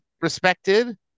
respected